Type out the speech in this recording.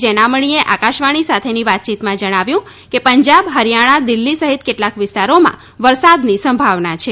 જેનામણીએ આકાશવાણી સાથેની વાતચીતમાં જણાવ્યું કે પંજાબ હરિયાણા દિલ્હી સહિત કેટલાંક વિસ્તારોમાં વરસાદની સંભાવના છે